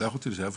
שלח אותי לשם,